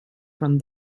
from